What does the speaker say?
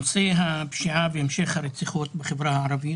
נושא הפשיעה והמשך הרציחות בחברה הערבית.